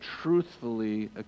truthfully